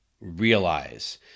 realize